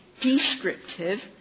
descriptive